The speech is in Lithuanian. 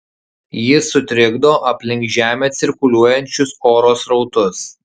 jis sutrikdo aplink žemę cirkuliuojančius oro srautus